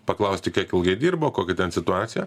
paklausti kiek ilgai dirbo kokia ten situacija